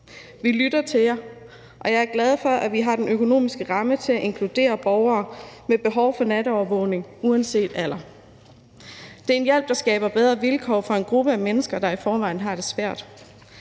Vi lytter til jer, og jeg er glad for, at vi har den økonomiske ramme til at inkludere borgere med behov for natovervågning uanset alder. Det er en hjælp, der skaber bedre vilkår for en gruppe mennesker, der i forvejen har det svært.